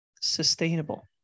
sustainable